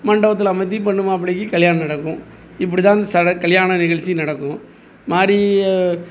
மண்டபத்தில் அமத்தி பொண்ணு மாப்பிளைக்கி கல்யாணம் நடக்கும் இப்படி தான் அந்த சட கல்யாண நிகழ்ச்சி நடக்கும் மாறி